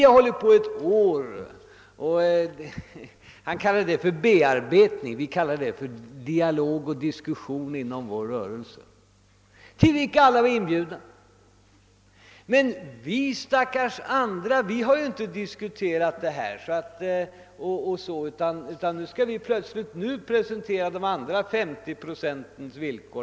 De frågorna har ni bearbetat grundligt — han använde det ordet; själva har vi kallat överläggningarna för dialog och diskussion inom vår rörelse, och dit har alla varit inbjudna — men vi andra stackare har inte diskuterat dessa frågor. Men nu skall vi plötsligt presentera de andra 50 procentens villkor.